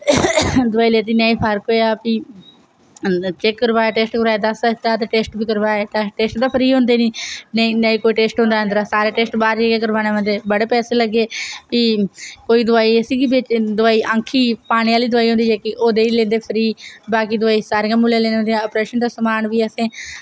दवाई लेती नी फर्क होएया फ्ही चेक करवाया टेस्ट करवाय दस्स दस्स ज्हार दा टेस्ट बी करवाए टेस्ट ते फ्री होंदे नी नेई नेई कोई टेस्ट होंदा अंदरा सारे टेस्ट बाहर जाइयै करवाने पौंदे बड़े पैसे लग्गे फ्ही कोई दवाई असेंगी गी दवाई अक्खीं पाने आहली दवाई होंदी जेहकी ओह् देई लैंदे फ्री बाकी दवाई सारे के मुल्लें लेना पौंदियां आपरेशन दा समान बी असें